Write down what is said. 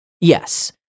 Yes